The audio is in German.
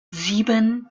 sieben